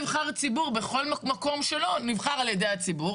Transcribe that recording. כל נבחר ציבור בכל מקום שלו נבחר על ידי הציבור.